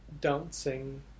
dancing